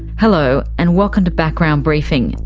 hello, and welcome to background briefing,